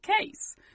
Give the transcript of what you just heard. case